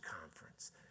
Conference